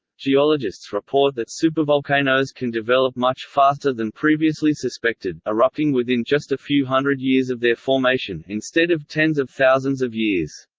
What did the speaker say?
geologists report that supervolcanoes can develop much faster than previously suspected erupting within just a few hundred years of their formation, instead of tens of thousands of years.